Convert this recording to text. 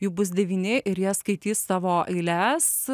jų bus devyni ir jie skaitys savo eiles